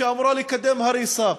שאמורה לקדם הריסה.